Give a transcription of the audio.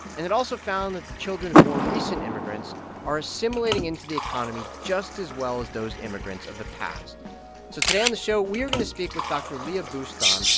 and it also found that the children of more recent immigrants are assimilating into the economy just as well as those immigrants of the past so today on the show, we're going to speak with dr. leah boustan,